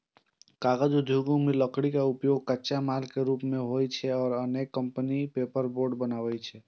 कागज उद्योग मे लकड़ी के उपयोग कच्चा माल के रूप मे होइ छै आ अनेक कंपनी पेपरबोर्ड बनबै छै